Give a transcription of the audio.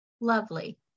lovely